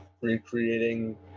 recreating